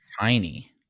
Tiny